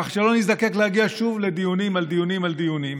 כך שלא נזדקק להגיע שוב לדיונים על דיונים על דיונים